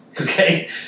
Okay